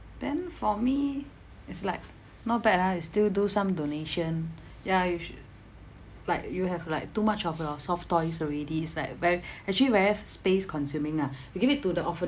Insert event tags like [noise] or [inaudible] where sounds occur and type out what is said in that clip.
then for me it's like not bad ah you still do some donation ya you should like you have like too much of your soft toys already it's like very [breath] actually very space consuming ah [breath] you give it to the orphanage